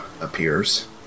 appears